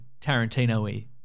Tarantino-y